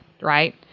right